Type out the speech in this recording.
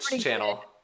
channel